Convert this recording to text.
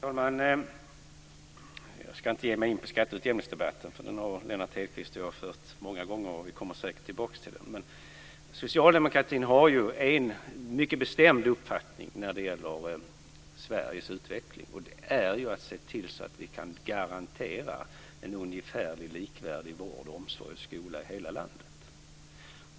Fru talman! Jag ska inte ge mig in på skatteutjämningsdebatten, för den har Lennart Hedquist och jag fört många gånger. Vi kommer säkert tillbaka till den. Socialdemokratin har en mycket bestämd uppfattning när det gäller Sveriges utveckling, och det är att se till att vi kan garantera en ungefärlig likvärdig vård, omsorg och skola i hela landet.